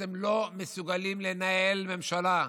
אתם לא מסוגלים לנהל ממשלה.